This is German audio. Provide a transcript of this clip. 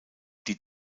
die